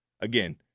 again